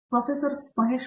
professor Mahesh V